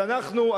אז אנחנו,